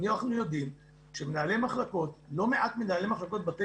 אנחנו יודעים שלא מעט מנהלי מחלקות בתי